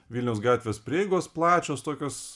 vilniaus gatvės prieigos plačios tokios